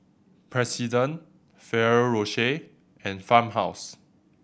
President Ferrero Rocher and Farmhouse